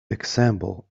example